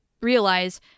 realize